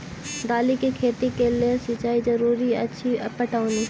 दालि केँ खेती केँ लेल सिंचाई जरूरी अछि पटौनी?